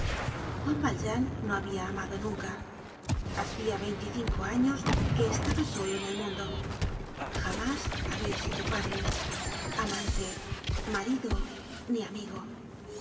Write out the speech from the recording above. juan valjean no habia amado nunca hacia veinticinco años que estaba solo en el mundo jamás habia sido padre amante marido ni amigo